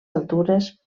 altures